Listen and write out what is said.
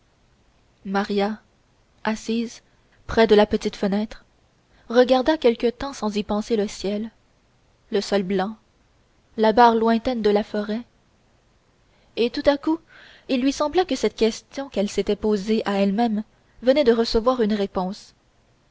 maria assise près de la petite fenêtre regarda quelque temps sans y penser le ciel le sol blanc la barre lointaine de la forêt et tout à coup il lui sembla que cette question qu'elle s'était posée à elle-même venait de recevoir une réponse